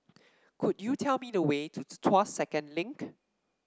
could you tell me the way to Tuas Second Link